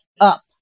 Up